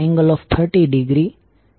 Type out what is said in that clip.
આપણે શું કરીએ